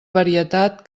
varietat